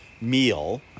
meal